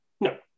No